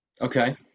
Okay